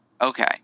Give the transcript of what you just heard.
okay